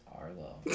Arlo